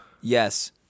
Yes